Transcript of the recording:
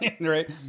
right